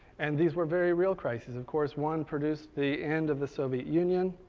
and these were very real crises. of course one produced the end of the soviet union,